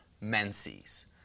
menses